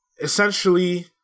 essentially